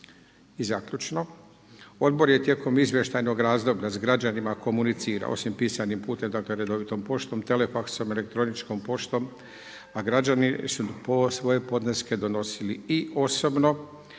I zaključno, odbor je tijekom izvještajnog razdoblja s građanima komunicirao osim pisanim putem dakle redovitom poštom, telefaksom, elektroničkom poštom. A građani su svoje podneske donosili i osobno,